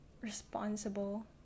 responsible